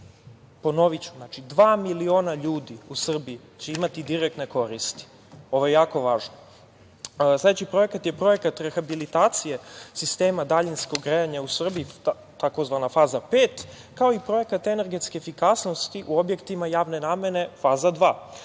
Ponoviću, znači dva miliona ljudi u Srbiji će imati direktne koristi. Ovo je jako važno. Sledeći projekat je projekat rehabilitacije sistema daljinskog grejanja u Srbiji, tzv. „Faza 5“, kao i projekat energetske efikasnosti u objektima javne namene „Faza 2“.